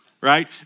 right